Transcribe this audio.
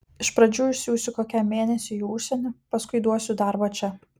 iš pradžių išsiųsiu kokiam mėnesiui į užsienį paskui duosiu darbo čia